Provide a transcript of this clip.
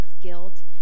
Guilt